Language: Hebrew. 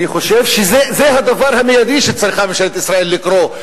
אני חושב שזה הדבר המיידי שצריכה ממשלת ישראל לקרוא,